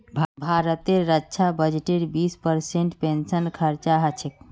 भारतेर रक्षा बजटेर बीस परसेंट पेंशनत खरचा ह छेक